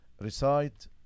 recite